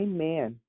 Amen